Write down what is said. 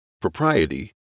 propriety